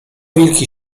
wilki